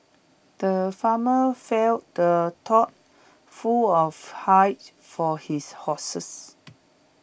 the farmer filled the tough full of hay for his horses